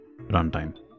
runtime